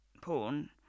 porn